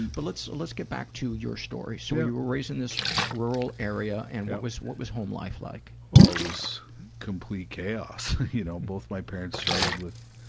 but let's, let's get back to your story, so you were raised in this rural area, and what was what was home life like? well, it was complete chaos, you know, both my parents struggled with